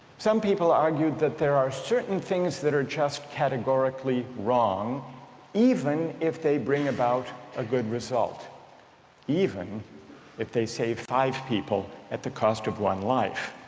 some people argued that there are certain things that are just categorically wrong even if they bring about a good result even if they save five people at the cost of one life.